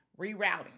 rerouting